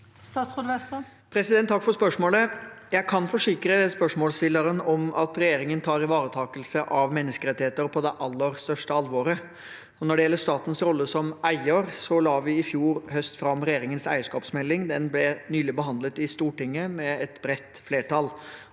Christian Vestre Takk for spørsmålet. Jeg kan forsikre spørsmålsstilleren om at regjeringen tar ivaretakelse av menneskerettigheter på det aller største alvor. Når det gjelder statens rolle som eier, la vi i fjor høst fram regjeringens eierskapsmelding. Den ble nylig behandlet i Stortinget, med et bredt flertall.